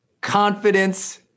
confidence